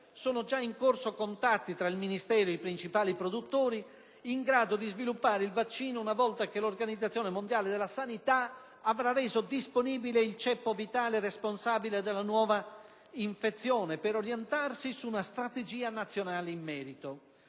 sono già in corso contatti tra il Ministero e i principali produttori, in grado di sviluppare il vaccino una volta che l'OMS avrà reso disponibile il ceppo virale responsabile della nuova infezione, per orientarsi su una strategia nazionale in merito.